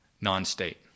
non-state